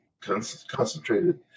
concentrated